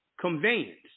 conveyance